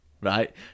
right